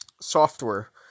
software